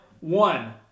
one